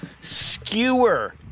skewer